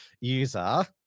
user